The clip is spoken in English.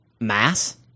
Mass